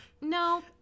No